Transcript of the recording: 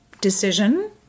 decision